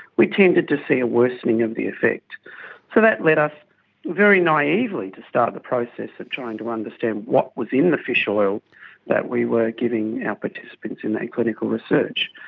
we tended to see a worsening of the effect. so that led us very naively to start the process of trying to understand what was in the fish oil that we were giving our participants in that clinical research.